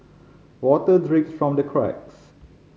water drips from the cracks